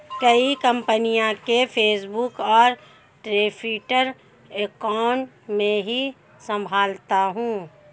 कई कंपनियों के फेसबुक और ट्विटर अकाउंट मैं ही संभालता हूं